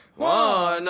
why